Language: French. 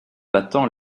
battants